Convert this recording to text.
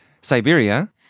Siberia